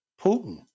Putin